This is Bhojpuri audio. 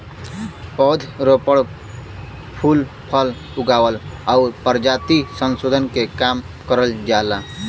पौध रोपण, फूल फल उगावल आउर परजाति संसोधन के काम करल जाला